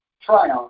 triumph